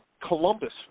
Columbus